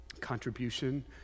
contribution